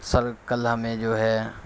سر کل ہمیں جو ہے